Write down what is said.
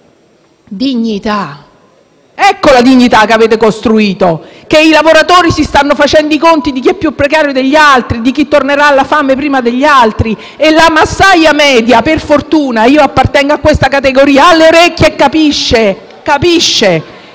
dignità. Ecco la dignità che avete costruito, quella per cui i lavoratori si stanno facendo i conti di chi è più precario degli altri, di chi tornerà alla fame prima degli altri. Per fortuna però la massaia media (io appartengo a questa categoria) ha le orecchie e capisce che